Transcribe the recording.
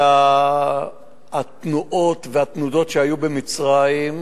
והתנועות והתנודות שהיו במצרים,